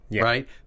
right